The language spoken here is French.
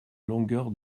longueur